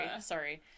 Sorry